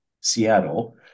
Seattle